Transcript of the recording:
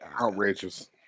Outrageous